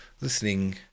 Listening